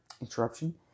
interruption